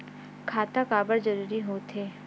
खाता काबर जरूरी हो थे?